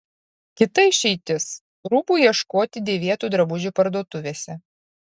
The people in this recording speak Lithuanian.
kita išeitis rūbų ieškoti dėvėtų drabužių parduotuvėse